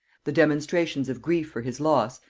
the demonstrations of grief for his loss,